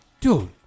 dude